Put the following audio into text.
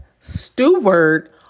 steward